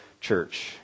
Church